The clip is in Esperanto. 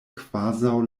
kvazaŭ